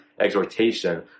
exhortation